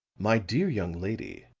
my dear young lady,